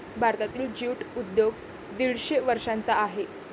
भारतातील ज्यूट उद्योग दीडशे वर्षांचा आहे